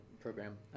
program